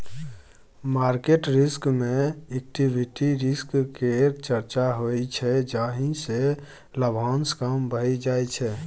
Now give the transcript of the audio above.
market risk मे equity risk केर चर्चा होइ छै जाहि सँ लाभांश कम भए जाइ छै